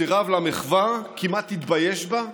סירב למחווה, כמעט התבייש בה.